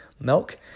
milk